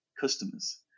customers